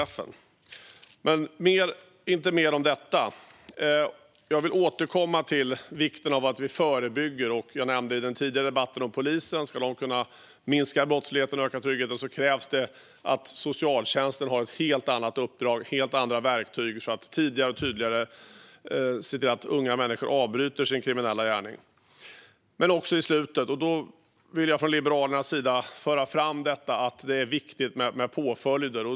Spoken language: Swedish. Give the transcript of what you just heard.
Men jag ska inte säga mer om detta, utan vill återkomma till vikten av att vi förebygger. Som jag nämnde i den tidigare debatten om polisen: Ska vi kunna minska brottsligheten och öka tryggheten krävs det att socialtjänsten har ett helt annat uppdrag och helt andra verktyg, så att man tidigare och tydligare kan se till att unga människor avbryter sin kriminella gärning. Men det handlar också om slutet. Jag vill från Liberalernas sida föra fram att det är viktigt med påföljder.